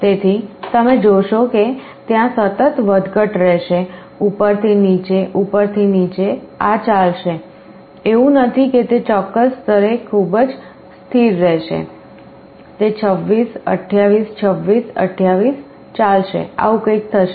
તેથી તમે જોશો કે ત્યાં સતત વધઘટ રહેશે ઉપરથી નીચે ઉપરથી નીચે આ ચાલશે એવું નથી કે તે ચોક્કસ સ્તરે ખૂબ સ્થિર રહેશે તે 26 28 26 28 ચાલશે આવું કંઈક થશે